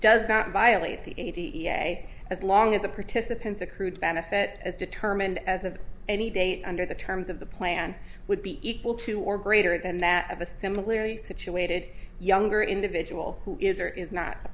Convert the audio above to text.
does not violate the way as long as the participants accrued benefit as determined as of any date under the terms of the plan would be equal to or greater than that of a similarity situated younger individual who is or is not a